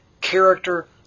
character